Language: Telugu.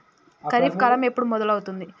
ఖరీఫ్ కాలం ఎప్పుడు మొదలవుతుంది?